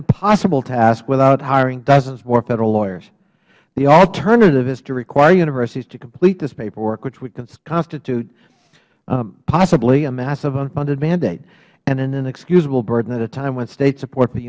impossible task without hiring dozens more federal lawyers the alternative is to require universities to complete this paperwork which would constitute possibly a massive unfunded mandate and an inexcusable burden at a time when state support